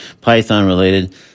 Python-related